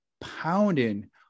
pounding